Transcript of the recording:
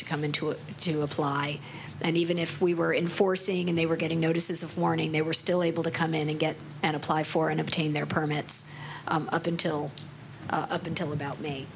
to come into it to apply and even if we were in foreseeing and they were getting notices of warning they were still able to come in and get and apply for and obtain their permits up until up until about me